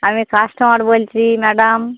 আমি কাস্টমার বলছি ম্যাডাম